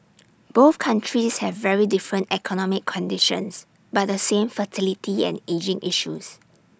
both countries have very different economic conditions but the same fertility and ageing issues